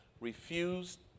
refused